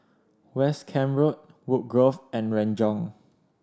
West Camp Road Woodgrove and Renjong